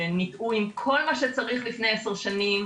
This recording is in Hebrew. שניטעו עם כל מה שצריך לפני עשר שנים,